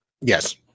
Yes